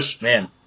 man